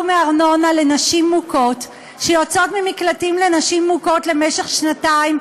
מארנונה לנשים מוכות שיוצאות ממקלטים לנשים מוכות למשך שנתיים,